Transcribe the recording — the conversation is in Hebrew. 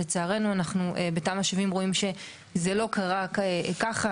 לצערנו אנחנו בתמ"א 70 רואים שזה לא קרה ככה,